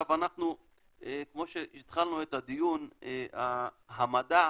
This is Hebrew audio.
כמו שהתחלנו את הדיון, המדע